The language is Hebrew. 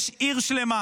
יש עיר שלמה